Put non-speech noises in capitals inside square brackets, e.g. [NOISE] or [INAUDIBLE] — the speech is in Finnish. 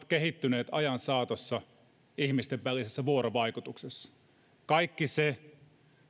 [UNINTELLIGIBLE] kehittynyt ajan saatossa ihmisten välisessä vuorovaikutuksessa ja kaikki se